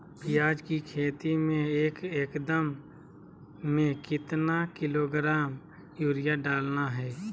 प्याज की खेती में एक एकद में कितना किलोग्राम यूरिया डालना है?